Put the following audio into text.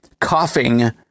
coughing